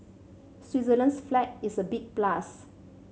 Switzerland's flag is a big plus